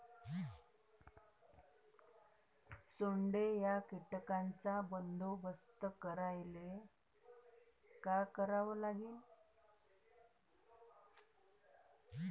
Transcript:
सोंडे या कीटकांचा बंदोबस्त करायले का करावं लागीन?